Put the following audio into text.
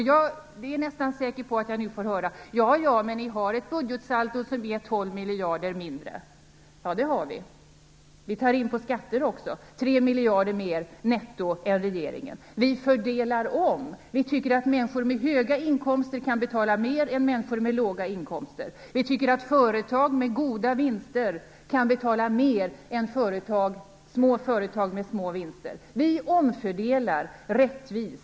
Jag är nästan säker på att jag nu får höra: Men ni har ett budgetsaldo som är 12 miljarder mindre. Ja, det har vi. Vi tar också in 3 miljarder mer netto på skatter än regeringen gör. Vi fördelar om. Vi tycker att människor med höga inkomster kan betala mer än människor med låga inkomster. Vi tycker att företag med goda vinster kan betala mer än små företag med små vinster. Vi omfördelar rättvist.